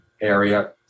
area